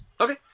Okay